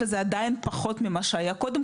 וזה עדיין פחות ממה שהיה קודם,